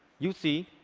you see,